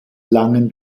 langen